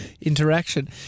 interaction